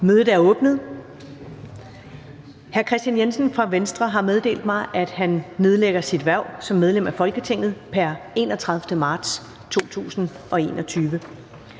Mødet er åbnet. Kristian Jensen (V) har meddelt mig, at han nedlægger sit hverv som medlem af Folketinget pr. 31. marts 2021.